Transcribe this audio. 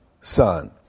son